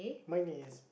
mine is